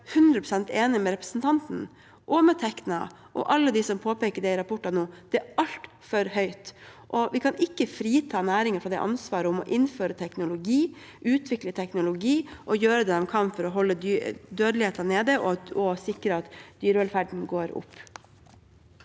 jeg 100 pst. enig med representanten, Tekna og alle dem som påpeker det i rapporter nå: Den er altfor høy. Vi kan ikke frita næringen fra ansvaret for å innføre og utvikle teknologi og gjøre det de kan for å holde dødeligheten nede og sikre at dyrevelferden går opp.